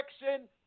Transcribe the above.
direction